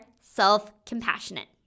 self-compassionate